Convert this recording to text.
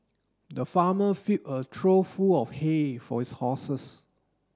the farmer filled a trough full of hay for his horses